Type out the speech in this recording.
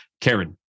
Karen